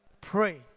pray